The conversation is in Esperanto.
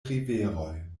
riveroj